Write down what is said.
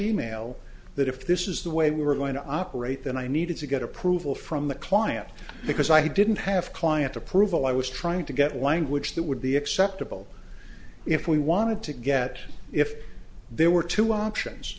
e mail that if this is the way we were going to operate then i needed to get approval from the client because i didn't have client approval i was trying to get language that would be acceptable if we wanted to get if there were two options